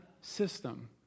system